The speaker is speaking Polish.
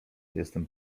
jestem